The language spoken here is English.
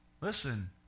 Listen